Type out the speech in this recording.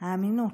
האמינות.